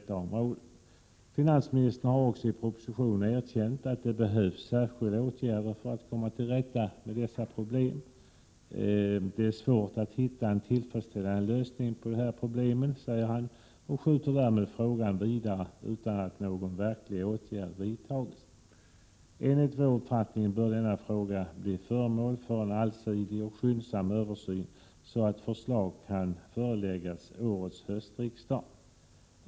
män fastighetstaxerin, Finansministern har i propositionen erkänt att det behövs särskilda år 1990 på 2 åtgärder för att komma till rätta med dessa problem. Det är svårt att hitta en tillfredsställande lösning på de här problemen, säger han, och skjuter därmed frågan vidare utan att någon verklig åtgärd vidtas. Enligt vår uppfattning bör denna fråga skyndsamt bli föremål för en allsidig översyn så att förslag kan föreläggas årets höstriksdag.